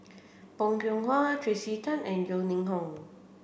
Bong Hiong Hwa Tracey Tan and Yeo Ning Hong